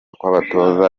kw’abatoza